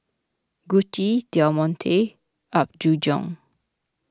Gucci Del Monte and Apgujeong